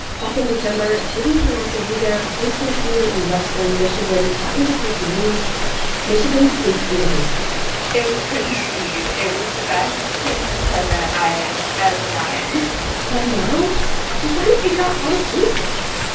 back in december, sydnee hrachovina, a high school senior in western michigan, got into her dream school, michigan state university it was christmas eve. it was the best christmas present i've ever gotten and but now she's trying to figure out how to pay for it.